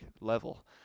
level